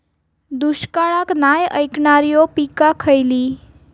दुष्काळाक नाय ऐकणार्यो पीका खयली?